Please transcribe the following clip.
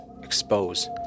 expose